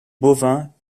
bovins